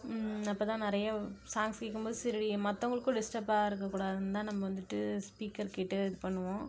அப்போ தான் நிறைய சாங்ஸ் கேட்கும் போது சரி மற்றவங்களுக்கும் டிஸ்டப்பாக இருக்கற கூடாதுன்னு தான் நம்ம வந்துட்டு ஸ்பீக்கர் கேட்டு இது பண்ணுவோம்